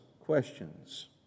questions